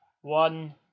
one